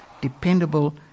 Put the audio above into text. dependable